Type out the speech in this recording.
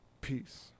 peace